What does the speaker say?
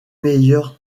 meilleurs